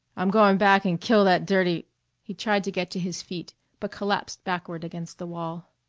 i'm going back and kill that dirty he tried to get to his feet but collapsed backward against the wall.